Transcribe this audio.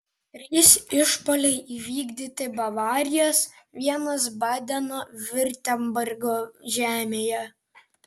trys išpuoliai įvykdyti bavarijos vienas badeno viurtembergo žemėje